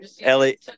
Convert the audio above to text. ellie